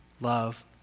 love